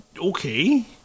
Okay